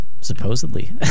Supposedly